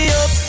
up